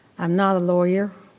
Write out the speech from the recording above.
i'm not a lawyer